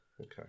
okay